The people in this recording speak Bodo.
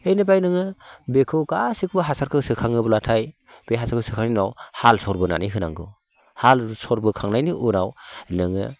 बेनिफ्राय नोङो बेखौ गासैखौबो हासारखौ सोखाङोब्लाथाय बे हासारखौ सोखांनायनि उनाव हालसर बोनानै होनांगौ हालसर बोखांनायनि उनाव नोङो